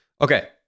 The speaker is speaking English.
Okay